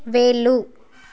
వేళ్ళు